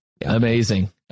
Amazing